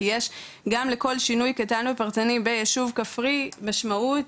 כי יש גם לכל שינוי קטן ופרטני ביישוב כפרי משמעות